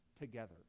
together